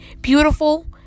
beautiful